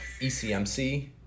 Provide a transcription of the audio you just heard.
ECMC